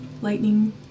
lightning